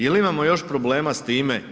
Jel imamo još problema s time?